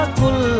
kul